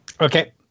Okay